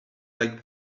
like